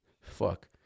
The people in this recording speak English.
Fuck